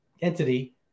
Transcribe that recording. entity